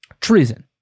Treason